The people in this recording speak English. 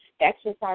exercise